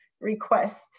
request